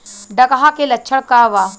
डकहा के लक्षण का वा?